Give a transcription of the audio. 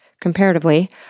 comparatively